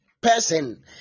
person